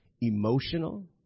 emotional